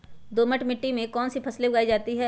दोमट मिट्टी कौन कौन सी फसलें उगाई जाती है?